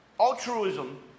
Altruism